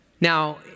Now